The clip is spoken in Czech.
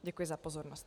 Děkuji za pozornost.